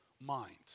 mind